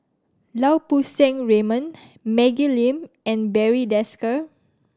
Lau Poo Seng Raymond Maggie Lim and Barry Desker